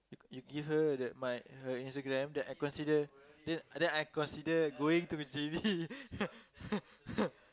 you give her the my her Instagram then I consider then I then I consider going to J_B